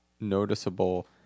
noticeable